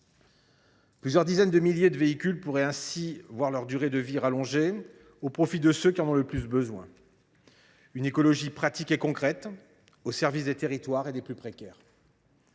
Plusieurs dizaines de milliers de véhicules pourraient ainsi voir leur durée de vie allongée, au profit de ceux qui en ont le plus besoin. Le texte encourage une écologie pratique et concrète, au service des territoires et des plus précaires,